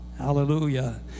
Hallelujah